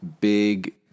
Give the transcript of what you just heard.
big